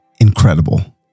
incredible